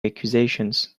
accusations